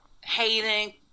hating